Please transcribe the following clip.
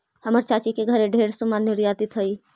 हमर चाची के घरे ढेर समान निर्यातित हई